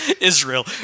Israel